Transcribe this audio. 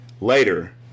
Later